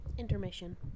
intermission